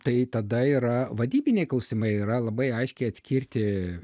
tai tada yra vadybiniai klausimai yra labai aiškiai atskirti